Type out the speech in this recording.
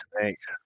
thanks